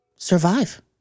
Survive